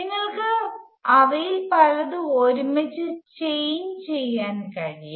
നിങ്ങൾക്ക് അവയിൽ പലതും ഒരുമിച്ച് ചെയിൻ ചെയ്യാൻ കഴിയും